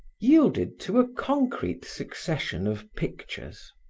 yielded to a concrete succession of pictures.